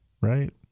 Right